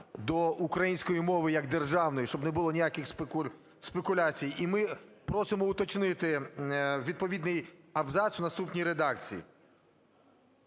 до української мови як державної, щоб не було ніяких спекуляцій. І ми просимо уточнити відповідний абзац в наступній редакції: